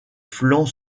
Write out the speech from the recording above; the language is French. flanc